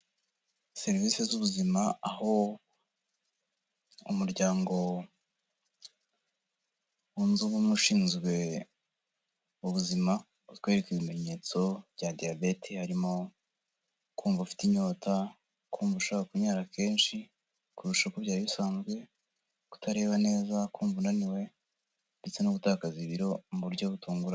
Serivisi z'ubuzima, aho umuryango wunze ubumwe ushinzwe ubuzima utwereka ibimenyetso bya diyabete harimo kumva ufite inyota, kumva ushaka kunyara kenshi kurusha uko byari bisanzwe, kutareba neza, kumva unaniwe ndetse no gutakaza ibiro mu buryo butunguranye.